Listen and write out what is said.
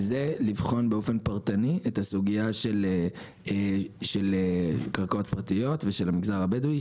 שהיא לבחון באופן פרטני את הסוגייה של קרקעות פרטיות ושל המגזר הבדואי,